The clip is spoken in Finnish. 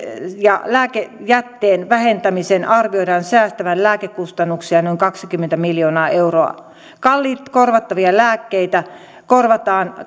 ja lääkejätteen vähentämisen arvioidaan säästävän lääkekustannuksia noin kaksikymmentä miljoonaa euroa kalliita korvattavia lääkkeitä korvataan